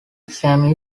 exam